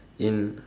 in